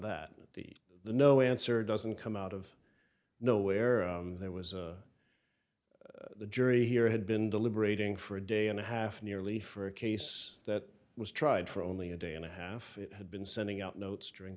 that the the no answer doesn't come out of nowhere there was a the jury here had been deliberating for a day and a half nearly for a case that was tried for only a day and a half it had been sending out notes durin